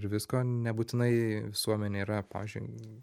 ir visko nebūtinai visuomenė yra pavyzdžiui